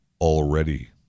already